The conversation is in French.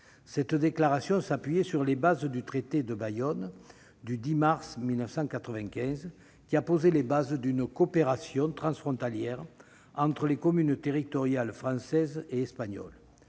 Cette déclaration s'appuyait sur le traité de Bayonne du 10 mars 1995, qui a posé les bases d'une coopération transfrontalière entre les collectivités territoriales françaises et espagnoles.